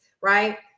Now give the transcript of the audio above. right